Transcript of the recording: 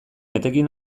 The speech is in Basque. etekin